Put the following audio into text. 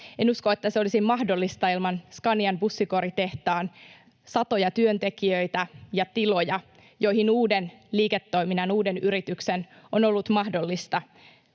En usko, että se olisi ollut mahdollista ilman Scanian bussikoritehtaan satoja työntekijöitä ja tiloja, joihin uusi liiketoiminta, uusi yritys, on ollut mahdollista